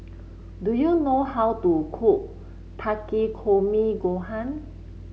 do you know how to cook Takikomi Gohan